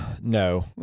No